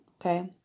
Okay